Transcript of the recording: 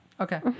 Okay